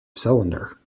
cylinder